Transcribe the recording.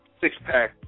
Six-pack